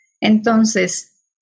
Entonces